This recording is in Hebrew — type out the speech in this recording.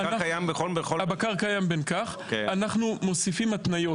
קיים, ואנחנו מוסיפים התניות